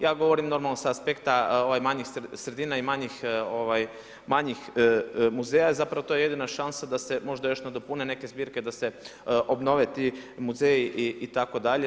Ja govorim, normalno s aspekta manjih sredina i manjih muzeja, jer zapravo to je jedina šansa da se možda još nadopune neke zbirke da se obnove ti muzeji itd.